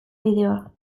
bideoa